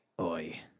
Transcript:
oi